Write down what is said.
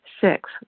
Six